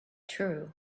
true